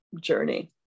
journey